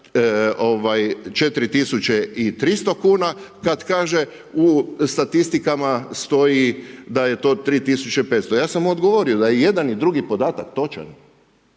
4300 kuna kad kaže, u statistikama stoji da je to 3500. Ja sam mu odgovorio da i jedan i drugi podatak točan.